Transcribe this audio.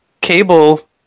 cable